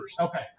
Okay